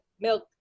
milk